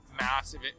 massive